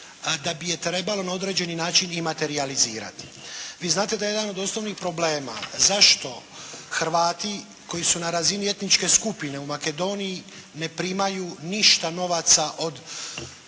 Da bi je trebalo na određeni način i materijalizirati. Vi znate da je jedan od osnovnih problema zašto Hrvati koji su na razini etničke skupine u Makedoniji ne primaju ništa novaca od